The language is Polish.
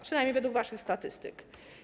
Przynajmniej według waszych statystyk.